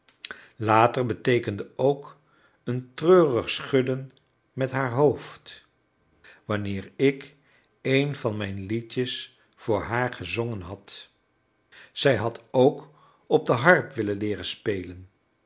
later beteekende ook een treurig schudden met haar hoofd wanneer ik een van mijn liedjes voor haar gezongen had zij had ook op de harp willen leeren spelen